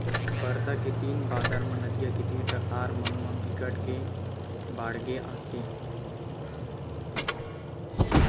बरसा के दिन बादर म नदियां के तीर तखार मन म बिकट के बाड़गे आथे